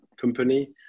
company